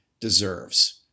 deserves